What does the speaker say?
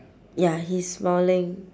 ya he's smiling